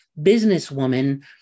businesswoman